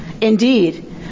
Indeed